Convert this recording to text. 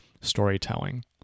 storytelling